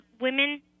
women